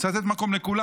צריך לתת מקום לכולם.